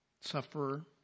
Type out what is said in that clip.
sufferer